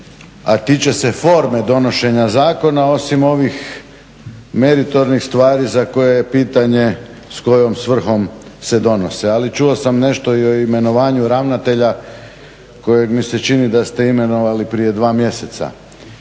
a tiče se forme donošenja zakona osim ovih meritornih stvari za koje je pitanje s kojom svrhom se donose. Ali čuo sam nešto i o imenovanju ravnatelja kojeg mi se čini da ste imenovali prije dva mjeseca,